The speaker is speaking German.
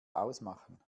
ausmachen